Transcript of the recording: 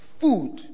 food